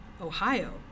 Ohio